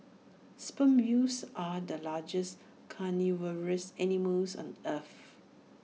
sperm whales are the largest carnivorous animals on earth